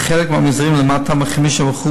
בחלק מהמגזרים למטה מ-50%